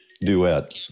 duet